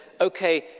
okay